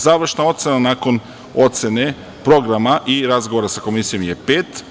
Završna ocena nakon ocene programa i razgovora sa Komisijom je „pet“